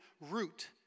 root